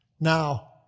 Now